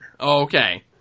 Okay